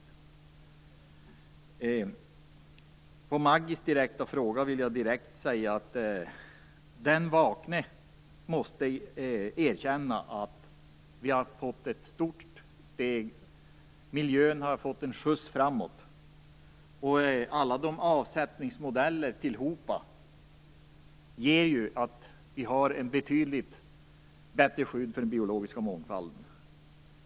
Maggi Mikaelsson ställde en direkt fråga, och jag vill då svara att den vakne måste erkänna att vi har gått ett stort steg, att miljön har fått en skjuts framåt. Alla avsättningsmodeller tillhopa gör att vi har ett betydligt bättre skydd för den biologiska mångfalden.